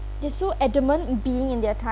they are so adamant in being in their ti~